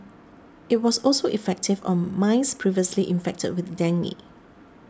it was also effective on mice previously infected with dengue